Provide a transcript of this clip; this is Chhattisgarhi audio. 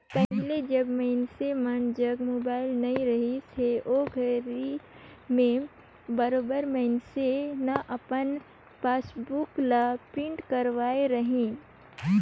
पहिले जब मइनसे मन जघा मोबाईल नइ रहिस हे ओघरी में बरोबर मइनसे न अपन पासबुक ल प्रिंट करवाय रहीन